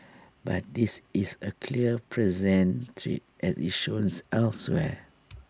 but this is A clear present threat as IT showns elsewhere